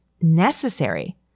necessary